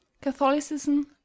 catholicism